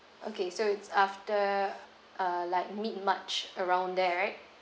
okay so it's after uh like mid march around there right